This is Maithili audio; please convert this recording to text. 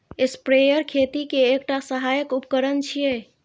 स्प्रेयर खेती के एकटा सहायक उपकरण छियै